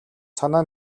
санаа